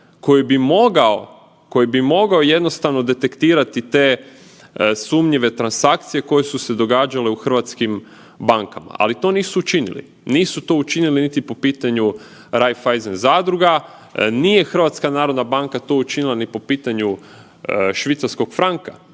koji bi mogao jednostavno detektirati te sumnjive transakcije koje su se događale u hrvatskim bankama, ali to nisu učinili. Niti to učinili niti po pitanju Raiffeisen zadruga, nije HNB to učinila ni po pitanju švicarskog franka,